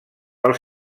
pel